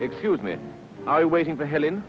excuse me i waiting for hel